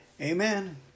Amen